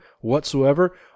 whatsoever